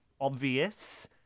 obvious